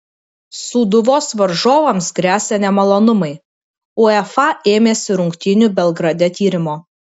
sūduvos varžovams gresia nemalonumai uefa ėmėsi rungtynių belgrade tyrimo